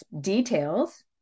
details